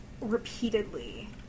repeatedly